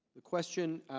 the question